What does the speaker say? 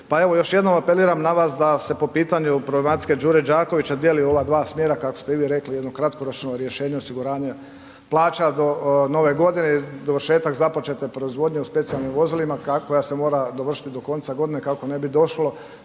još jednom apeliram na vas da se po pitanju problematike Đure Đakovića ako već ne dijeli u ova dva smjera kako ste vi rekli jedno kratkoročno rješenje osiguranja plaća od Nove godine, dovršetak započete proizvodnje u specijalnim vozilima koja se mora dovršiti do konca godine kako ne bi došlo